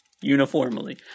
uniformly